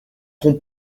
ronds